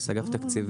אני מאגף תקציבים.